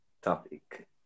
Topic